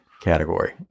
category